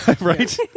Right